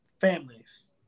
families